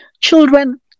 Children